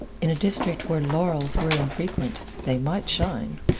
in a district where laurels were infrequent, they might shine.